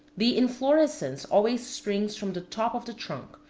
the inflorescence always springs from the top of the trunk,